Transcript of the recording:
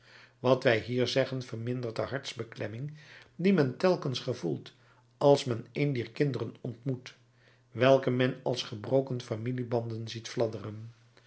wat wij hier zeggen vermindert de hartsbeklemming die men telkens gevoelt als men een dier kinderen ontmoet welke men als gebroken familiebanden ziet fladderen